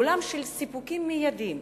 עולם של סיפוקים מיידיים,